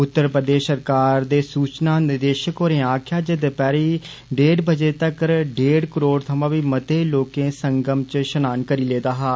उत्तर प्रदेष सरकार दे सूचना निदेषक होरें आक्खेआ जे दपैहरी इक बजे तक्कर डेढ़ करोड़ थमां बी मते लोक संगम च स्नान करी लेदा हा